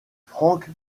franck